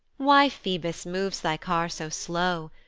why, phoebus, moves thy car so slow?